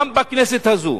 גם בכנסת הזאת,